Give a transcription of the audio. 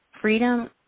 freedom